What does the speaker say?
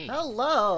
Hello